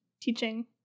teaching